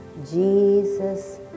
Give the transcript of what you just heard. Jesus